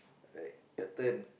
right your turn